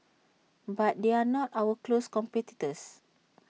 but they are not our close competitors